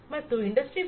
ಮತ್ತೆ ಇಂಡಸ್ಟ್ರಿ 4